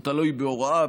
הוא תלוי בהוראה,